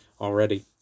already